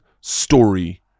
story